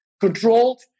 controlled